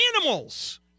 animals